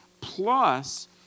Plus